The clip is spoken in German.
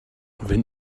wenn